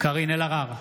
קארין אלהרר,